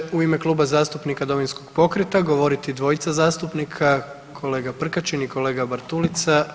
Sada će u ime Kluba zastupnika Domovinskog pokreta govoriti dvojica zastupnika, kolega Prkačin i kolega Bartulica.